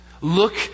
look